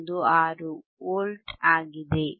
16 V ಆಗಿದೆ